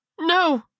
No